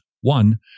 One